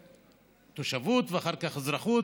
תושבות ואחר כך אזרחות,